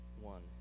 one